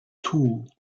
tool